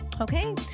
Okay